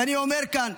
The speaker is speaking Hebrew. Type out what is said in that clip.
אני אומר כאן: